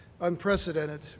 unprecedented